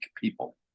people